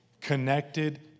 connected